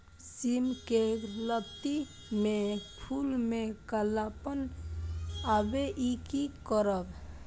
सिम के लत्ती में फुल में कालापन आवे इ कि करब?